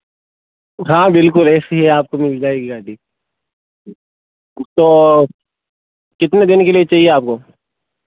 हाँ बिल्कुल A C है आपको मिल जाएगी गाडी जी तो कितने दिन के लिए चाहिए आपको